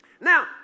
Now